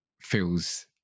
feels